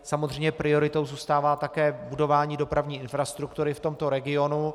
Samozřejmě prioritou zůstává také budování dopravní infrastruktury v tomto regionu.